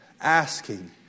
Asking